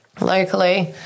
locally